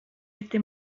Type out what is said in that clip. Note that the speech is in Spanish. este